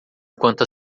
enquanto